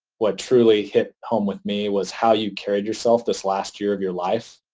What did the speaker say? what truly hit home with me was how you carried yourself this last year of your life.